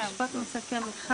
משפט מסכם אחד.